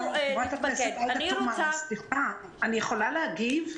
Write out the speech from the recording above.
אני יכולה להגיד?